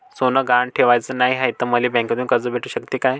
सोनं गहान ठेवाच नाही हाय, त मले बँकेतून कर्ज भेटू शकते का?